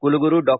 कुलगुरू डॉ